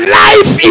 life